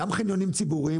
גם חניונים ציבוריים.